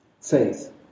Faith